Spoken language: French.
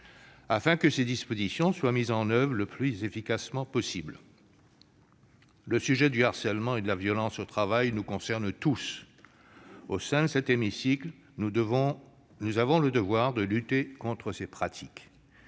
afin que ces dispositions soient mises en oeuvre le plus efficacement possible. Les problématiques du harcèlement et de la violence au travail nous concernent tous. Au sein de cet hémicycle, nous avons le devoir de lutter contre ces pratiques.